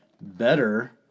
better